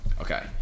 Okay